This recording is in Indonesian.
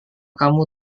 kamu